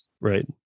Right